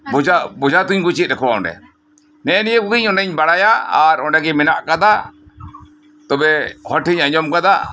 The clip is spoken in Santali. ᱵᱚᱡᱷᱟ ᱵᱚᱡᱷᱟ ᱛᱩᱧ ᱠᱚ ᱪᱮᱫ ᱟᱠᱚᱣᱟ ᱚᱸᱰᱮ ᱱᱮᱜ ᱮ ᱱᱤᱭᱟᱹ ᱠᱚᱜᱮ ᱚᱸᱰᱮᱧ ᱵᱟᱲᱟᱭᱟ ᱟᱨ ᱚᱸᱰᱮ ᱜᱮ ᱢᱟᱱᱟᱣ ᱟᱠᱟᱫᱟ ᱛᱚᱵᱮ ᱦᱚᱲ ᱴᱷᱮᱱ ᱤᱧ ᱟᱸᱡᱚᱢ ᱟᱠᱟᱫᱟ